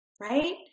right